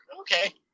Okay